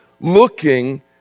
looking